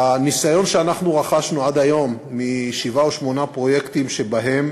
הניסיון שאנחנו רכשנו עד היום משבעה או שמונה פרויקטים שבהם